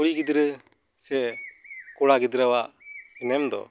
ᱠᱩᱲᱤ ᱜᱤᱫᱽᱨᱟᱹ ᱥᱮ ᱠᱚᱲᱟ ᱜᱤᱫᱽᱨᱟᱹᱣᱟᱜ ᱮᱱᱮᱢ ᱫᱚ